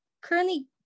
currently